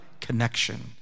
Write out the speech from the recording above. connection